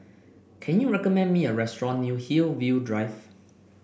can you recommend me a restaurant near Hillview Drive